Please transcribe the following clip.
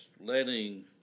letting